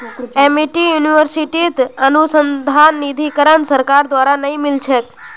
Amity यूनिवर्सिटीत अनुसंधान निधीकरण सरकार द्वारा नइ मिल छेक